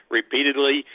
repeatedly